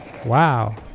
Wow